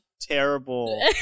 terrible